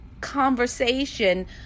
conversation